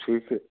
ٹھیک ہے